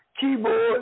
keyboard